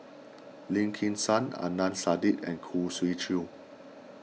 Lim Kim San Adnan Saidi and Khoo Swee Chiow